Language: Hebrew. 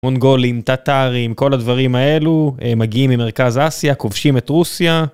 מונגולים, טטרים, כל הדברים האלו, הם מגיעים ממרכז אסיה, כובשים את רוסיה.